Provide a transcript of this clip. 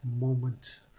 moment